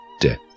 Death